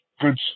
Good